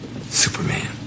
Superman